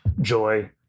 joy